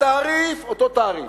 התעריף, אותו תעריף,